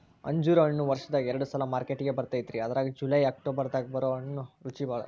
ಅಂಜೂರ ಹಣ್ಣು ವರ್ಷದಾಗ ಎರಡ ಸಲಾ ಮಾರ್ಕೆಟಿಗೆ ಬರ್ತೈತಿ ಅದ್ರಾಗ ಜುಲೈ ಅಕ್ಟೋಬರ್ ದಾಗ ಬರು ಹಣ್ಣು ರುಚಿಬಾಳ